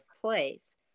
place